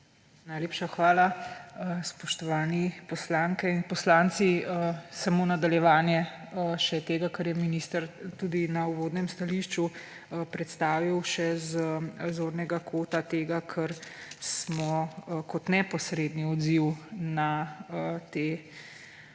Najlepša hvala. Spoštovane poslanke in poslanci! Samo nadaljevanje še tega, kar je minister tudi na uvodnem stališču predstavil, še z zornega kota tega, kar smo kot neposredni odziv na